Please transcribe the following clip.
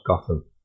Gotham